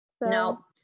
no